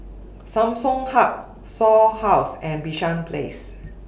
Samsung Hub Shaw House and Bishan Place